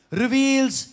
reveals